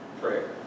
prayer